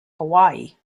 hawaii